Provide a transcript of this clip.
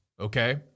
Okay